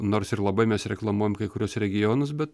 nors ir labai mes reklamuojam kai kuriuos regionus bet